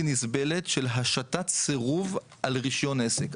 נסבלת של השתת סירוב על רישיון עסק.